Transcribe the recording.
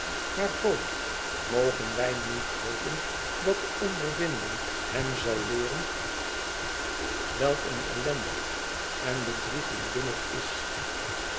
maar voogd mogen wij niet hopen dat de ondervinding hem zal leeren welk een ellendig en bedrieglijk ding het is